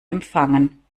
empfangen